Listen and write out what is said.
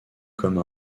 comme